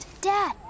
Dad